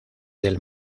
del